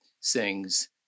sings